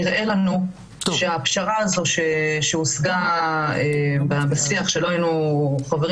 נראה לנו שהפשרה הזו שהושגה בשיח שלא היינו חברים